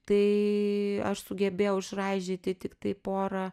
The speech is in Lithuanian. tai aš sugebėjau išraižyti tiktai pora